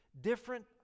different